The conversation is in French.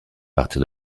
partir